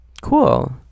cool